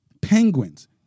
penguins